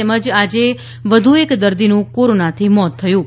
તેમજ આજે વધુ એક દર્દીનું કોરોનાથી મોત થયું છે